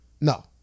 No